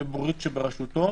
לבוררות שבראשותו.